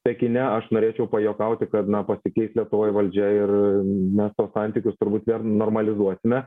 pekine aš norėčiau pajuokauti kad na pasikeis lietuvoj valdžia ir mes tuos santykius turbūt vėl normalizuosime